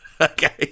Okay